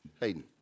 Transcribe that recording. Hayden